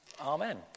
Amen